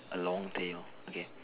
a long day hor okay